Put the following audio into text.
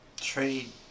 Trade